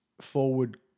forward